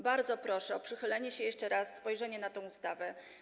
Bardzo proszę o przychylenie się jeszcze raz, spojrzenie na tę ustawę.